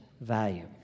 value